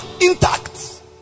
intact